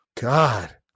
God